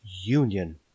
Union